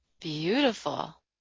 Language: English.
Beautiful